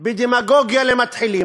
בדמגוגיה למתחילים.